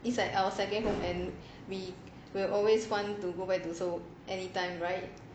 it's like our second home and we will always want to go back to seoul anytime right